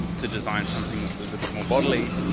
to design something that was a bit more bodily,